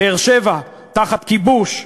באר-שבע תחת כיבוש,